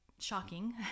shocking